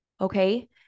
Okay